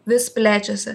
vis plečiasi